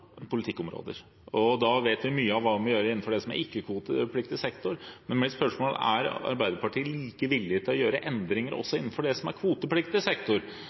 politikkområder, og vi vet mye om hva vi må gjøre innenfor ikke-kvotepliktig sektor. Men mitt spørsmål er: Er Arbeiderpartiet like villig til å gjøre endringer også innenfor kvotepliktig sektor? Er